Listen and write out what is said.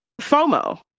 FOMO